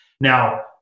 Now